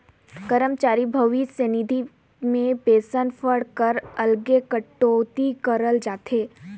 करमचारी भविस निधि में पेंसन फंड कर अलगे कटउती करल जाथे